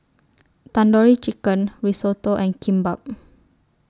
Tandoori Chicken Risotto and Kimbap